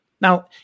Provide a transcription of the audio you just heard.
Now